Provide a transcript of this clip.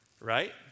right